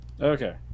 Okay